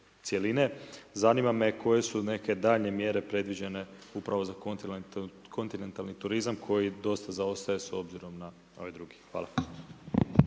zanima me koje su neke daljnje mjere predviđene upravo za kontinentalni turizam, koji dosta zaostaje s obzirom na ovaj drugi. Hvala.